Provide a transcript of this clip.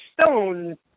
Stone